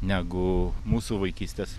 negu mūsų vaikystės